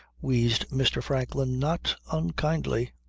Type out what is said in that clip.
wheezed mr. franklin not unkindly.